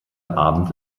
abend